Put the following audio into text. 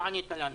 לא ענית לנו.